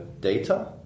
data